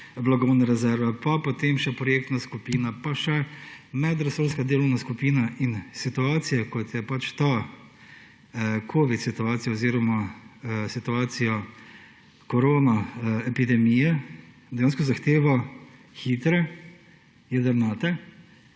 blagovne rezerve, pa potem še projektna skupina, pa še medresorska delovna skupina. Situacije, kakršna je ta covid situacija oziroma situacija koronaepidemije, dejansko zahtevajo hitre, jedrnate,